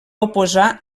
oposar